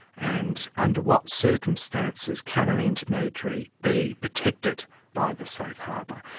and under what circumstances can an intermediary be protected by the safe harbour.